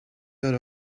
dot